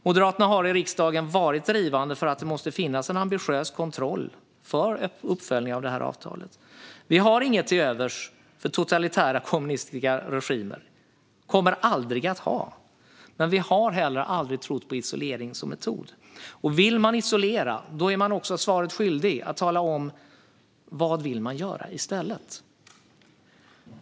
Moderaterna har i riksdagen varit drivande för att det måste finnas en ambitiös kontroll för uppföljning av detta avtal. Vi har inget till övers för totalitära kommunistregimer, och vi kommer aldrig att ha det. Men vi har inte heller trott på isolering som metod. Vill man isolera är man också svaret skyldig att tala om vad man vill göra i stället.